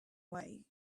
way